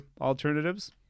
alternatives